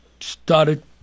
started